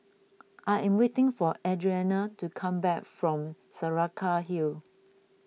I am waiting for Adrianna to come back from Saraca Hill